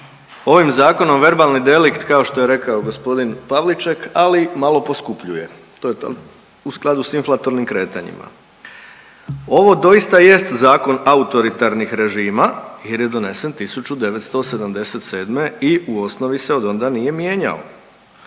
ovim zakonom „verbalni delikt“ kao što je rekao g. Pavliček, ali malo poskupljuje, to je to, u skladu s inflatornim kretanjima. Ovo doista jest Zakon autoritarnih režima jer je donesen 1977. i u osnovi se odonda nije mijenjao.